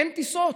אין טיסות.